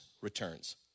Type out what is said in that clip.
returns